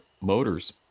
motors